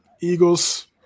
Eagles